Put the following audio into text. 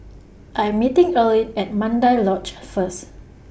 I'm meeting Erline At Mandai Lodge First